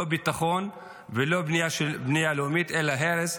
לא ביטחון ולא בנייה לאומית, אלא הרס.